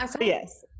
yes